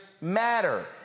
matter